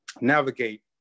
navigate